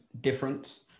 difference